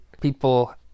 people